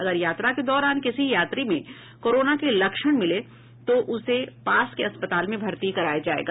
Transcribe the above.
अगर यात्रा के दौरान किसी यात्री में कोरोना के लक्षण मिले तो उसे पास के अस्पताल में भर्ती कराया जायेगा